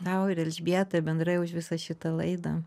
tau ir elžbietai bendrai už visą šitą laidą